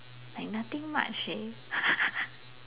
like nothing much leh